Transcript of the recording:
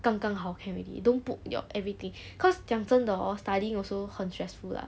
刚刚好 can already don't put your everything cause 讲真的 hor studying also 很 stressful lah